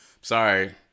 Sorry